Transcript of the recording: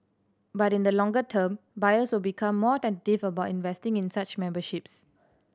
but in the longer term buyers will become more tentative about investing in such memberships